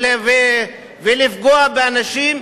ולפגוע באנשים.